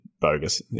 bogus